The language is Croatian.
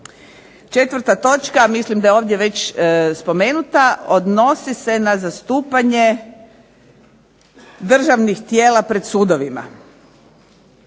Četvrta točka. Mislim da je ovdje već spomenuta. Odnosi se na zastupanje državnih tijela pred sudovima